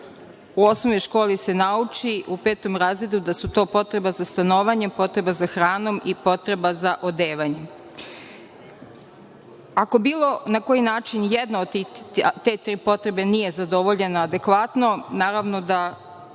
U osnovnoj školi se nauči, u petom razredu, da su to potreba za stanovanjem, potreba za hranom i potreba za odevanjem. Ako na bilo koji način jedna od te tri potrebe nije zadovoljena adekvatno, naravno da